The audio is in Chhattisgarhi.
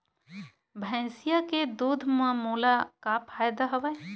भैंसिया के दूध म मोला का फ़ायदा हवय?